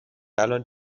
الان